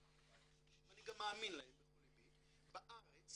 ואני גם מאמין להם בכל לבי, בארץ